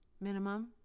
minimum